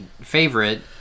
favorite